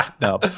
no